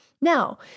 Now